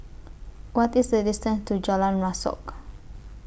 What IS The distance to Jalan Rasok